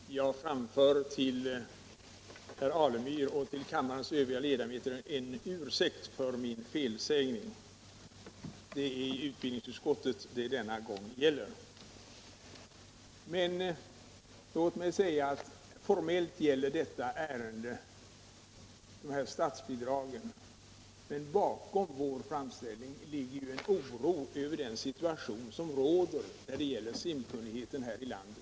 Herr talman! Jag framför till herr Alemyr och kammarens övriga ledamöter en ursäkt för min felsägning. Det är utbildningsutskottet som det denna gång gäller. Låt mig tillägga att detta ärende visserligen formellt gäller statsbidrag för byggande av vissa lokaler men att bakom vår motion ligger oro över den otillfredsställande situation som råder när det gäller simkunnigheten här i landet.